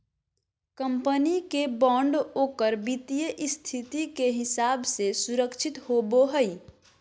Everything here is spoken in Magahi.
कंपनी के बॉन्ड ओकर वित्तीय स्थिति के हिसाब से सुरक्षित होवो हइ